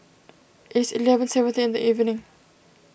is eleven seventeen in the evening